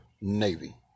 Navy